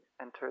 enter